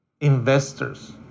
investors